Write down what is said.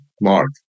mark